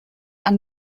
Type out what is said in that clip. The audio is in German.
ein